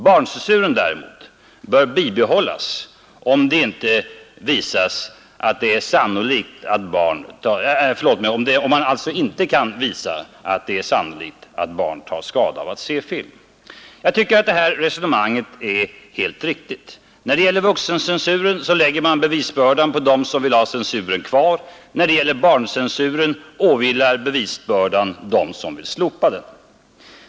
Barncensuren däremot bör bibehållas, om det 20 april 1972 inte kan visas att det är sannolikt att barn inte tar skada av att se film. Jag tycker att det resonemanget är helt riktigt: när det gäller Avskaffande av filmvuxencensur lägger man bevisbördan på dem som vill ha censuren kvar, = Censuren för vuxna, men när det gäller barncensuren åvilar bevisbördan dem som vill slopa — "2 HL den.